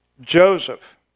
Joseph